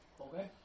Okay